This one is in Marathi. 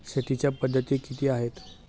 शेतीच्या पद्धती किती आहेत?